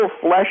flesh